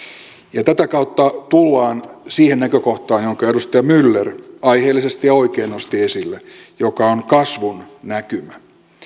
tätä kautta tullaan siihen näkökohtaan jonka edustaja myller aiheellisesti ja oikein nosti esille joka on kasvun näkymä